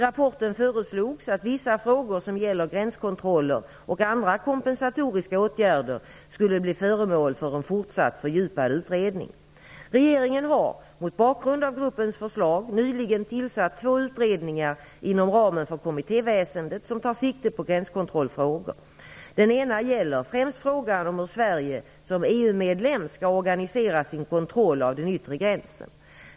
I rapporten föreslogs att vissa frågor som gäller gränskontroller och andra kompensatoriska åtgärder skulle bli föremål för en fortsatt fördjupad utredning. Regeringen har, mot bakgrund av gruppens förslag, nyligen tillsatt två utredningar inom ramen för kommitteväsendet, som tar sikte på gränskontrollfrågor. Den ena gäller främst frågan om hur Sverige som BU-rnedlem skall organisera sin kontroll av den yttre gränsen.